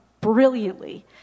brilliantly